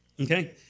Okay